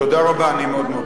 שאלתי אותו והוא הסכים.